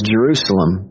Jerusalem